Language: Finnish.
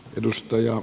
edustaja